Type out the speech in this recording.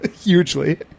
hugely